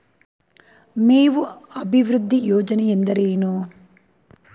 ಮೇವು ಅಭಿವೃದ್ಧಿ ಯೋಜನೆ ಎಂದರೇನು?